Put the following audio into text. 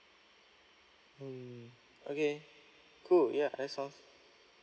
mm okay cool yeah that sounds